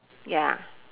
ya